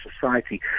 society